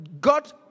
God